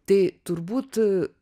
tai turbūt